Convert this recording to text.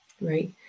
right